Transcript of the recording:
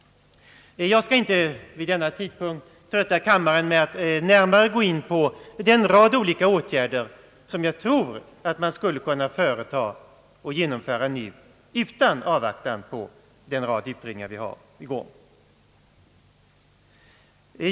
Jag skall inte vid denna tidpunkt trötta kammaren med att gå närmare in på den rad åtgärder som enligt min mening skulle kunna vidtas utan avvaktan på den mängd utredningar som pågår på detta område.